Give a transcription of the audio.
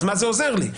אז מה זה עוזר לי?